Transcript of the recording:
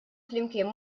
flimkien